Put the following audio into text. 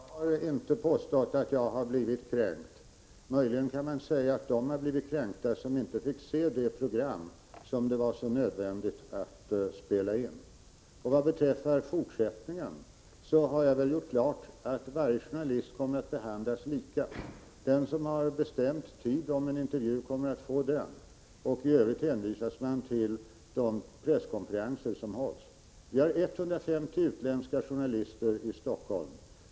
Fru talman! Jag har inte påstått att jag har blivit kränkt. Möjligen kan man säga att de har blivit kränkta som inte fick se det program som det var så nödvändigt att spela in. Vad beträffar fortsättningen, så har jag väl gjort klart att alla journalister kommer att behandlas lika. Den som har bestämt tid för en intervju kommer att få denna intervju. I övrigt hänvisas man till de presskonferenser som hålls. Vi har 150 utländska journalister i Stockholm.